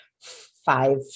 five